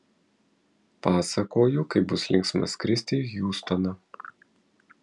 pasakoju kaip bus linksma skristi į hjustoną